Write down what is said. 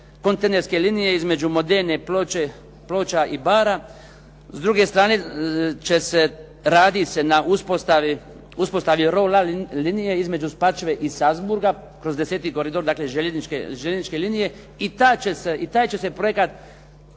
kontinentske linije između Modene, Ploča i Bara. S druge strane radi se na uspostavi "Ro-La" linije između Spačve i Salszburga kroz X. koridor željezničke linije i taj će se projekat,